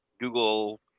Google